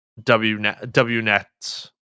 WNET